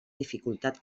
dificultat